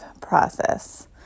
process